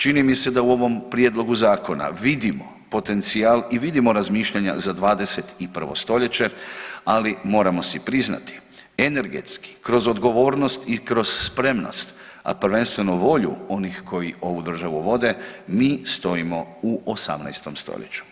Čini mi se da u ovom prijedlogu zakona vidimo potencijal i vidimo razmišljanja za 21. stoljeće, ali moramo si priznati energetski kroz odgovornost i kroz spremnost, a prvenstveno volju onih koji državu vode mi stojimo u 18. stoljeću.